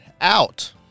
Out